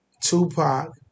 Tupac